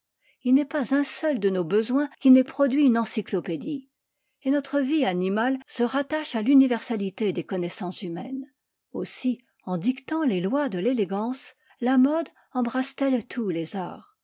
il n'est pas un seul de nos besoins qui n'ait produit une encyclopédie et notre vie animale se rattache à l'universalité des connaissances humaines aussi en dictant les lois de l'élégance la mode embrasse t elle tous les arts